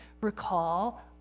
recall